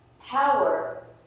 Power